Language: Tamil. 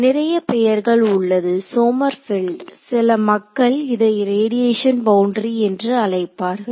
நிறைய பெயர்கள் உள்ளது சோமர்பெல்ட் சில மக்கள் இதை ரேடியேஷன் பவுண்டரி என்று அழைப்பார்கள்